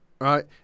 right